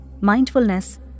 mindfulness